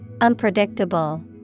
Unpredictable